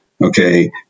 Okay